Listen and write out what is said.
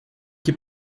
que